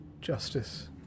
Justice